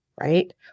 right